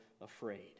afraid